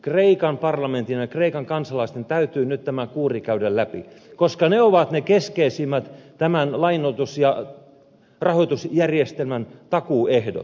kreikan parlamentin ja kreikan kansalaisten täytyy nyt tämä kuuri käydä läpi koska ne ovat ne keskeisimmät tämän lainoitus ja rahoitusjärjestelmän takuuehdot